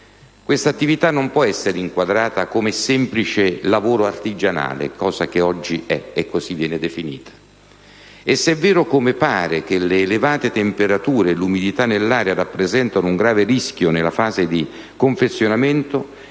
Questa attività non può essere inquadrata come semplice lavoro artigianale, così come oggi avviene, e, se è vero - come pare - che le elevate temperature e l'umidità dell'aria rappresentano un grave rischio nella fase di confezionamento,